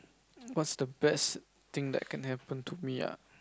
what's the best that can happen to me ah